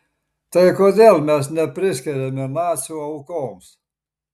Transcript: tai kodėl mes nepriskiriami nacių aukoms